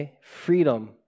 Freedom